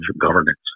governance